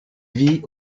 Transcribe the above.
vit